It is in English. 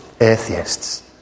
atheists